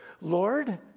Lord